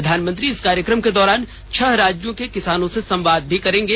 प्रधानमंत्री इस कार्यक्रम के दौरान छह राज्यों के किसानों से संवाद भी करेंगे